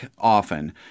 often